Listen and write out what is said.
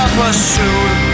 pursued